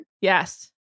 yes